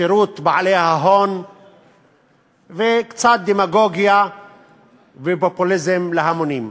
שירות בעלי ההון וקצת דמגוגיה ופופוליזם להמונים.